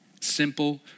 Simple